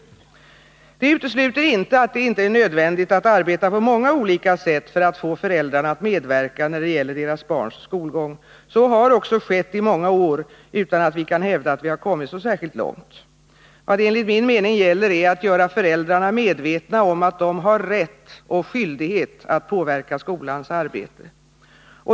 Det utesluter inte att det är nödvändigt att vi arbetar på många olika sätt för att få föräldrarna att medverka när det gäller deras barns skolgång. Så har också skett i många år, utan att vi kan hävda att vi har kommit så särskilt långt. Vad det enligt min mening gäller är att göra föräldrarna medvetna om att de har rätt, och skyldighet, att påverka skolans arbete.